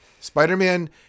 Spider-Man